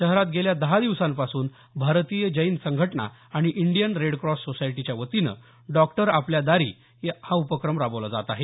शहरात गेल्या दहा दिवसांपासून भारतीय जैन संघटना आणि इंडियन रेडक्रॉस सोसायटीच्या वतीनं डॉक्टर आपल्या दारी या उपक्रम राबवला जात आहे